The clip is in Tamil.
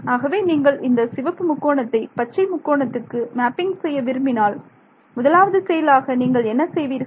ஆகவே நீங்கள் இந்த சிவப்பு முக்கோணத்தை பச்சை முக்கோணத்துக்கு மேப்பிங் செய்ய விரும்பினால் முதலாவது செயலாக நீங்கள் என்ன செய்வீர்கள்